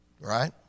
right